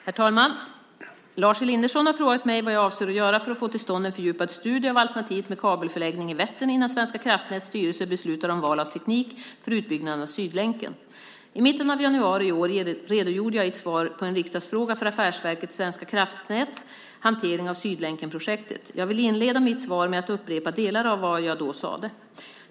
Herr talman! Lars Elinderson har frågat mig vad jag avser att göra för att få till stånd en fördjupad studie av alternativet med kabelförläggning i Vättern innan Svenska kraftnäts styrelse beslutar om val av teknik för utbyggnaden av Sydlänken. I mitten av januari i år redogjorde jag i ett svar på en riksdagsfråga för Affärsverket svenska kraftnäts hantering av Sydlänkenprojektet. Jag vill inleda mitt svar med att upprepa delar av vad jag då sade.